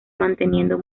manteniendo